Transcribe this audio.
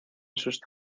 sus